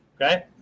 Okay